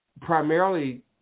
primarily